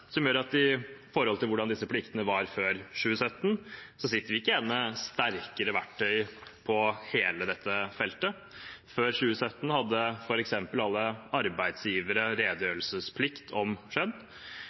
som gjør at vi ikke sitter igjen med sterkere verktøy på hele dette feltet. Før 2017 hadde f.eks. alle arbeidsgivere